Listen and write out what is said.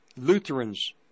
Lutherans